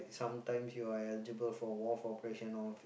sometimes you are eligible for wharf operation all